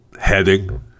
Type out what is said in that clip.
heading